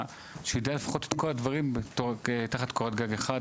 שיידע לפחות את כל הדברים תחת אותו גג אחד,